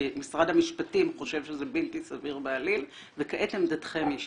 כי משרד המשפטים חושב שזה בלתי סביר בעליל וכעת עמדתכם היא שתקבע.